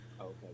Okay